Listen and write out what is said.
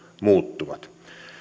muuttuvat